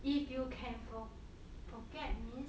if you can for forget means